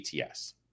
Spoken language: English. ATS